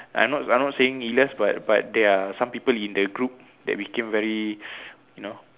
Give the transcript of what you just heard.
I not I not saying Elias but but there are some people in the group that became very you know